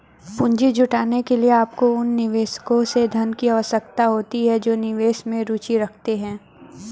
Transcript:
पूंजी जुटाने के लिए, आपको उन निवेशकों से धन की आवश्यकता होती है जो निवेश में रुचि रखते हैं